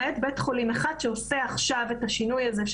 למעט בית חולים אחד שעושה עכשיו את השינוי הזה,